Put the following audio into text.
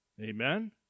Amen